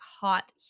hot